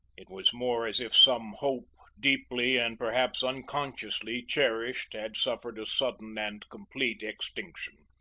it was more as if some hope deeply, and perhaps unconsciously, cherished had suffered a sudden and complete extinction.